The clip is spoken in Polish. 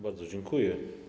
Bardzo dziękuję.